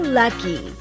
lucky